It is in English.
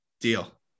Deal